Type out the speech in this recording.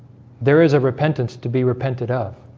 there is a repentance to be repented of